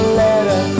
letter